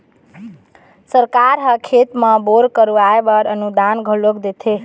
सरकार ह खेत म बोर करवाय बर अनुदान घलोक देथे